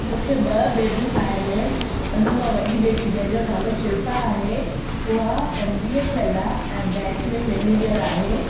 मूंखे ॿ बेबियूं आहिनि उन मां वॾी बेबी जंहिंजो नालो शिल्पा आहे उहा एम बी ए थियलु आहे ऐं बैंक में मैनेजर आहे